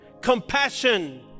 compassion